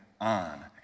on